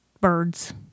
birds